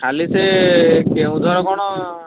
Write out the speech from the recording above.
ଖାଲି ସେ କେନ୍ଦୁଝର କ'ଣ